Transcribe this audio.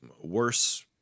worse